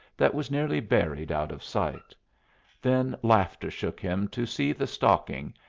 that was nearly buried out of sight then laughter shook him to see the stocking,